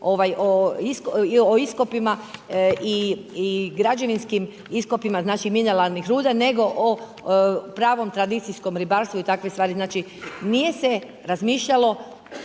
o iskopima i građevinskim iskopima mineralnih ruda nego o pravom tradicijskom ribarstvu i takve stvari. Znači nije se razmišljalo